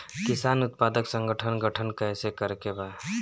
किसान उत्पादक संगठन गठन कैसे करके बा?